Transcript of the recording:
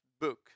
book